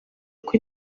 uko